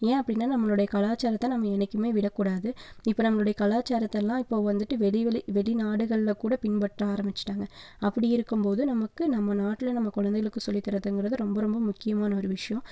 ஏன் அப்படின்னா நம்மளோட கலச்சாரத்தை நம்ம என்றைக்குமே விடக்கூடாது இப்போ நம்மளுடைய கலாச்சாரத்தைலாம் இப்போ வந்துட்டு வெடி வெளி வெளிநாடுகள்ல கூட பின்பற்ற ஆரம்பிச்சிட்டாங்கள் அப்படி இருக்கும்போது நமக்கு நம்ம நாட்டில் நம்ம குழந்தைகளுக்கு சொல்லி தரதுங்கிறது ரொம்ப ரொம்ப முக்கியமான ஒரு விஷ்யம்